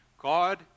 God